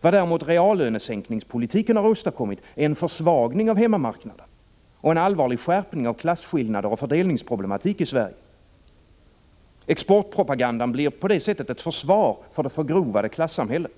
Vad däremot reallönesänkningspolitiken åstadkommit är en försvagning av hemmamarknaden och en allvarlig skärpning av klasskillnader och fördelningsproblematik i Sverige. Exportpropagandan blir på det sättet ett försvar för det förgrovade klassamhället.